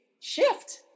shift